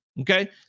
Okay